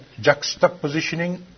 juxtapositioning